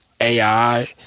AI